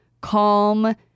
calm